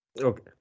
okay